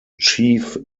chief